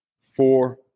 four